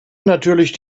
natürlich